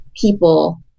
people